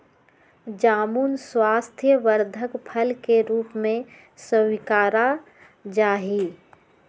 जामुन स्वास्थ्यवर्धक फल के रूप में स्वीकारा जाहई